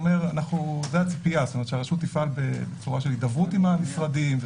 אומר: שהרשות תפעל בצורה של הידברות עם המשרדים,